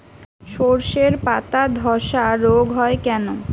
শর্ষের পাতাধসা রোগ হয় কেন?